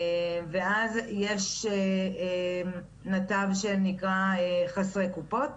ואז יש נתב שנקרא חסרי קופות,